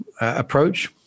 approach